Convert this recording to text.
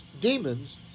demons